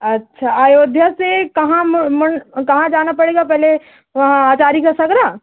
अच्छा अयोध्या से कहाँ मुड़ मुड़ कहाँ जाना पड़ेगा पहले वहाँ अचारी का सगरा